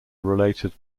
related